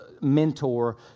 mentor